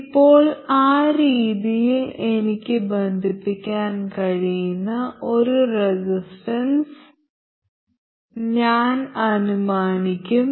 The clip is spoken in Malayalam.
ഇപ്പോൾ ആ രീതിയിൽ എനിക്ക് ബന്ധിപ്പിക്കാൻ കഴിയുന്ന ഒരു റെസിസ്റ്റൻസ് ഞാൻ അനുമാനിക്കും